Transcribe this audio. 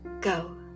Go